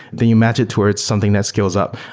then you match it towards something that scales up.